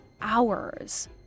hours